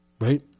Right